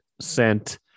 sent